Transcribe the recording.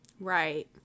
Right